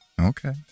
Okay